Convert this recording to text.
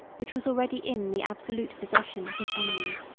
which was already in the absolute possession of his enemies.